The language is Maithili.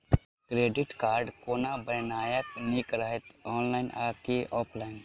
क्रेडिट कार्ड कोना बनेनाय नीक रहत? ऑनलाइन आ की ऑफलाइन?